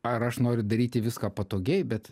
ar aš noriu daryti viską patogiai bet